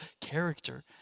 character